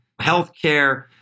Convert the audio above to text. healthcare